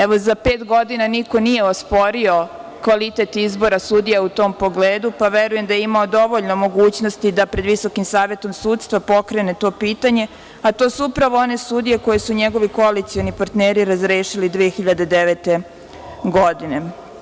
Evo, za pet godina niko nije osporio kvalitet izbora sudija u tom pogledu, pa verujem da je imao dovoljno mogućnosti da pred Visokim savetom sudstva pokrene to pitanje, a to su upravo one sudije koje su njegovi koalicioni partneri razrešili 2009. godine.